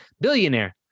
Billionaire